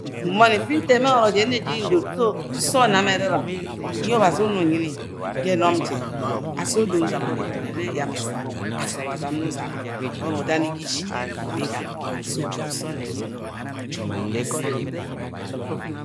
M-mọm mfi nto emen orok ne je nairdot, so, uso onme am ert ert ertin ye obazi una umyi ni ga enom je asi odo nzamani itme ne yam esami asi obazi ne uzama uboni uda ni ga ishi ubi gang, so wa uso omne enyi ni esa mi.